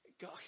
God